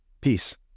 peace